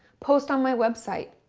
post on my website,